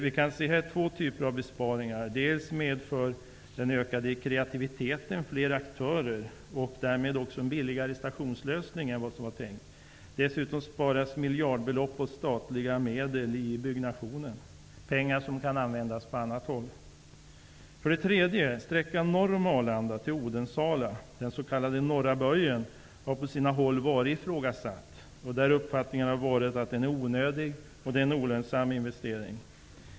Vi kan här se två typer av besparingar: dels medför den ökade kreativiteten fler aktörer och därmed en billigare stationslösning än vad som var tänkt, dels sparas miljardbelopp av statliga medel i byggnationen. Det är pengar som kan användas på annat håll. Odensala, den s.k. norra böjen, har på sina håll varit ifrågasatt. Upppfattningen har då varit att det är en onödig och olönsam investering.